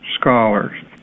scholars